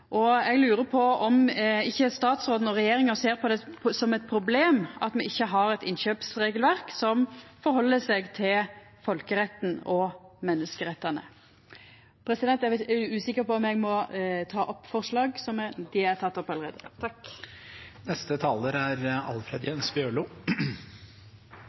samstemde. Eg lurer på om ikkje statsråden og regjeringa ser på det som eit problem at me ikkje har eit innkjøpsregelverk der ein tek omsyn til folkeretten og menneskerettane. Marknaden for å levere togsett og skinnegåande infrastruktur, som er høgteknologiske produkt med betydelege utviklingskostnader, er